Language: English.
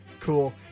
cool